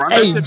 Hey